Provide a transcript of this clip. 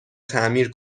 تعمیر